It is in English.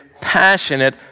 passionate